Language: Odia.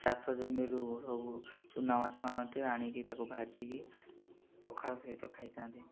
ଚାଷ ଜମିରୁ ସବୁ ଚୂନା ମାଛ ଆଣନ୍ତି ଆଣିକି ତାକୁ ଭାଜିକି ପଖାଳ ସହିତ ଖାଇଥାନ୍ତି